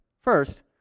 First